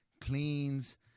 cleans